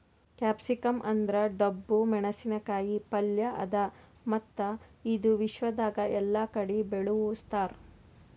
capsicum ಅಂದುರ್ ಡಬ್ಬು ಮೆಣಸಿನ ಕಾಯಿ ಪಲ್ಯ ಅದಾ ಮತ್ತ ಇದು ವಿಶ್ವದಾಗ್ ಎಲ್ಲಾ ಕಡಿ ಬೆಳುಸ್ತಾರ್